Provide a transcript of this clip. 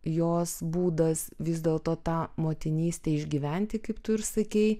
jos būdas vis dėlto tą motinystę išgyventi kaip tu ir sakei